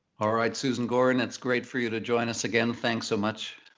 all right, susan gorin, it's great for you to join us again. thanks so much.